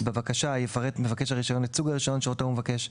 בבקשה יפרט מבקש הרישיון את סוג הרישיון שאותו הוא מבקש,